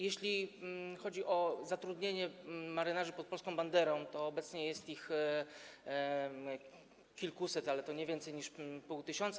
Jeśli chodzi o zatrudnienie marynarzy pod polską banderą, obecnie jest ich kilkuset, ale nie więcej niż pół tysiąca.